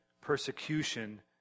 persecution